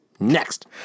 Next